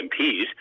MPs